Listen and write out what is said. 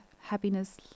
happiness